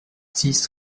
six